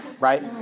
right